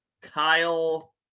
Kyle